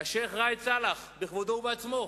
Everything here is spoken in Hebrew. השיח' ראאד סלאח, בכבודו ובעצמו.